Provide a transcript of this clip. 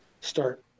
Start